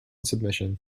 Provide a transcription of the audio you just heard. submission